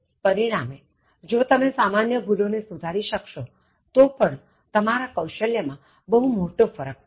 પરિણામેજો તમે સામાન્ય ભૂલો ને સુધારી શકશો તો પણ તમારા કૌશલ્ય માં બહુ મોટો ફરક પડશે